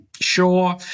sure